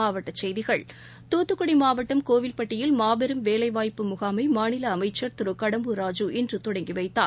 மாவட்டசெய்திகள் தூத்தக்குடிமாவட்டம் கோவில்பட்டியில் மாபெரும் வேலைவாய்ப்பு முன்மைஅமைச்சர் திருகடம்பூர் ராஜூ இன்றுதொடங்கிவைத்தார்